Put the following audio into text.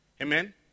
Amen